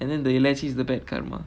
and then realise is the bad karma